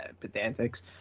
pedantics